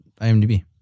IMDb